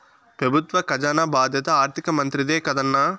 పెబుత్వ కజానా బాధ్యత ఆర్థిక మంత్రిదే కదన్నా